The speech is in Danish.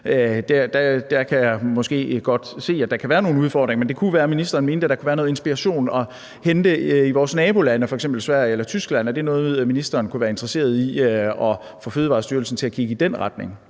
Der kan jeg måske godt se, at der kan være nogle udfordringer, men det kunne være, at ministeren mente, at der kunne være noget inspiration at hente i vores nabolande, f.eks. Sverige eller Tyskland. Er det noget, ministeren kunne være interesseret i, altså at få Fødevarestyrelsen til at kigge i den retning?